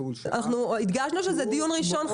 שעה -- אנחנו הדגשנו שזה דיון ראשון,